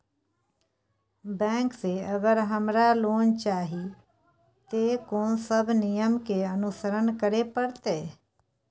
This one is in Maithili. बैंक से अगर हमरा लोन चाही ते कोन सब नियम के अनुसरण करे परतै?